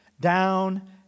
down